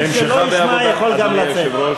מי שלא ישמע יכול גם לצאת.